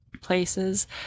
places